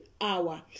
hour